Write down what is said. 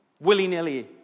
willy-nilly